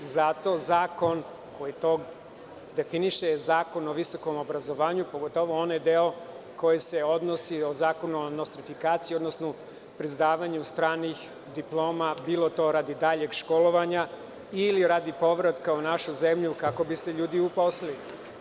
Zakon koji to definiše je Zakon o visokom obrazovanju, pogotovo onaj deo koji se odnosi na nostrifikaciju, odnosno priznavanje stranih diploma, bilo to radi daljeg školovanja ili radi povratka u našu zemlju kako bi se ljudi zaposlili.